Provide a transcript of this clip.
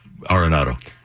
Arenado